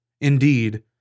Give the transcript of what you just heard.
Indeed